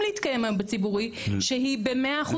להתקיים היום בציבורית שהיא ב-100% קפסיטי.